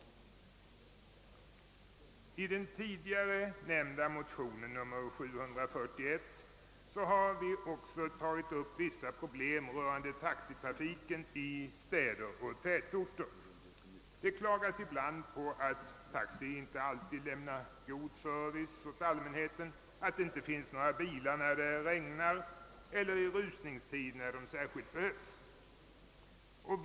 I motionen II: 741 har vi också tagit upp vissa problem rörande taxitrafiken i städer och tätorter. Det klagas på att taxi inte alltid lämnar god service åt allmänheten, att det inte finns bilar när det regnar eller i rusningstid när de särskilt behövs.